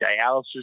dialysis